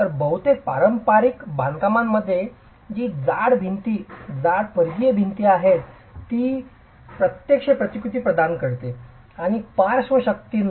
तर बहुतेक पारंपारिक बांधकामांमध्ये ती जाड भिंती जाड परिघीय भिंती आहेत जी प्रत्यक्षात प्रतिकृती प्रदान करते अगदी पार्श्व शक्तींना